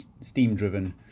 steam-driven